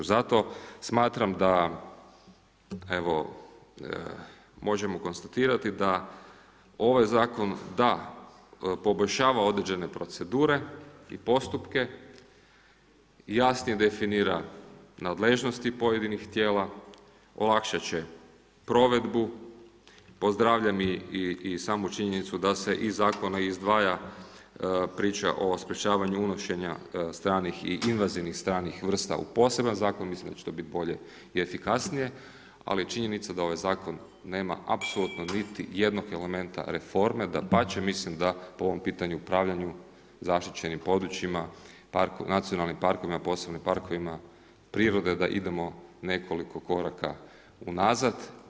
Zato smatram da možemo konstatirati da ovaj zakon da poboljšava određene procedure i postupke, jasnije definira nadležnosti pojedinih tijela, olakšat će provedbu. pozdravljam i samu činjenicu da se iz zakona izdvaja priča o sprečavanju unošenja stranih i invazivnih stranih vrsta u poseban zakon, mislim da će to biti bolje i efikasnije, ali je činjenica da ovaj zakon nema apsolutno niti jednog elementa reforme, dapače mislim da po ovom pitanju upravljanju zaštićenim područjima, nacionalnim parkovima, posebno parkovima prirode da idemo nekoliko koraka unazad.